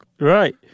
Right